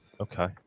Okay